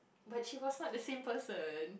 but she was not the same person